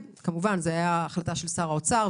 וכמובן זו הייתה החלטה של שר האוצר,